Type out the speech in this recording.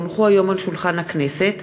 כי הונחו היום על שולחן הכנסת,